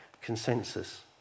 consensus